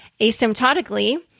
asymptotically